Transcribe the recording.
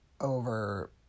over